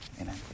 amen